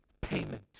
payment